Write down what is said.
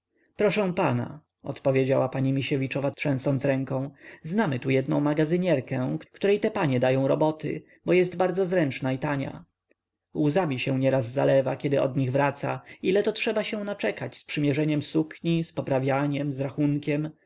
proszę pana odparła pani misiewiczowa trzęsąc ręką znamy tu jednę magazynierkę której te panie dają roboty bo jest bardzo zręczna i tania łzami się nieraz zalewa kiedy od nich wraca ile się to trzeba naczekać z przymierzeniem sukni z poprawieniem z rachunkiem